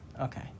Okay